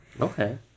okay